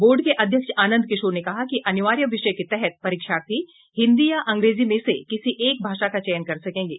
board के अध्यक्ष आनंद किशोर ने कहा कि अनिवार्य विषय के तहत परीक्षार्थी हिन्दी या अंग्रेजी में से किसी एक भाषा का चयन कर सकेंगे